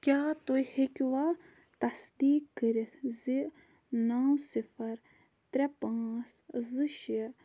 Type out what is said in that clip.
کیٛاہ تُہۍ ہیٚکوا تصدیٖق کٔرِتھ زِ نو صِفَر ترٛےٚ پانٛژ زٕ شےٚ